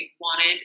wanted